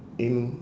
in